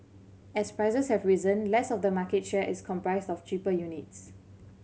as prices have risen less of the market share is comprised of cheaper units